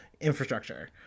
infrastructure